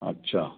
अच्छा